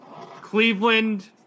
Cleveland